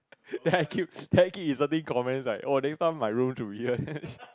then I keep then I keep inserting comment like oh next time my room should be here